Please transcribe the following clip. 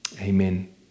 Amen